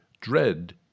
Dread